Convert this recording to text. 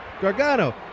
gargano